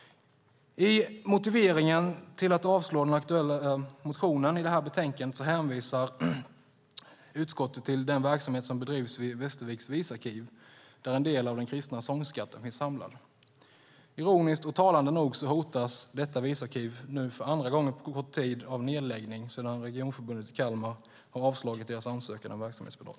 I motiveringen till att avslå den aktuella motionen i betänkandet hänvisar utskottet till den verksamhet som bedrivs vid Västerviks visarkiv där en del av den kristna sångskatten finns samlad. Ironiskt och talande nog hotas detta visarkiv för andra gången på kort tid av nedläggning sedan Regionförbundet i Kalmar län har avslagit deras ansökan om verksamhetsbidrag.